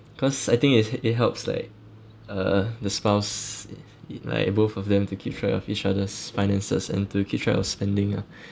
cause I think it it helps like uh the spouse like both of them to keep track of each other's finances and to keep track of spending ah